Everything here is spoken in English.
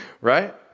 right